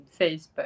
Facebook